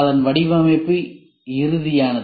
அதன் வடிவமைப்பு இறுதியானது